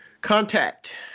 contact